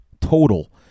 total